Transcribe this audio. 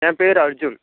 என் பெயர் அர்ஜுன்